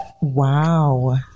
wow